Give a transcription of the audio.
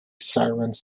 sirens